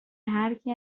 هرکی